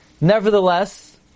nevertheless